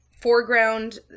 foreground